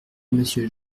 monsieur